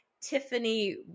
Tiffany